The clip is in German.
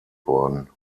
worden